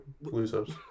losers